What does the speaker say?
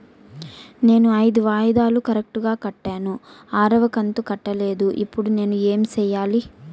నేను ఐదు వాయిదాలు కరెక్టు గా కట్టాను, ఆరవ కంతు కట్టలేదు, ఇప్పుడు నేను ఏమి సెయ్యాలి?